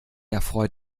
erfreut